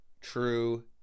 true